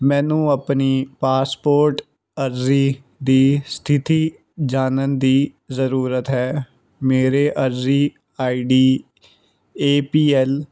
ਮੈਨੂੰ ਆਪਣੀ ਪਾਸਪੋਰਟ ਅਰਜ਼ੀ ਦੀ ਸਥਿਤੀ ਜਾਣਨ ਦੀ ਜ਼ਰੂਰਤ ਹੈ ਮੇਰੀ ਅਰਜ਼ੀ ਆਈਡੀ ਏ ਪੀ ਐਲ